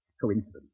coincidence